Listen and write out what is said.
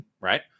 right